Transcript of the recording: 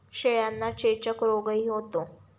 शेळ्यांना चेचक रोगही होतो